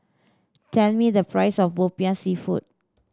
tell me the price of Popiah Seafood